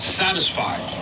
satisfied